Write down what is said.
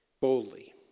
boldly